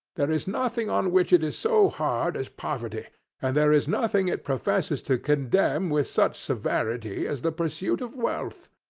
there is nothing on which it is so hard as poverty and there is nothing it professes to condemn with such severity as the pursuit of wealth!